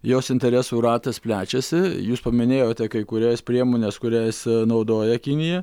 jos interesų ratas plečiasi jūs paminėjote kai kurias priemones kurias naudoja kinija